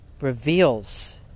reveals